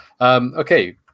Okay